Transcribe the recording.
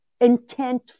intent